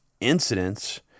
incidents